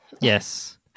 yes